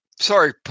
sorry